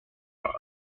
park